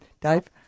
Dave